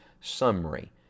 summary